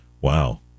Wow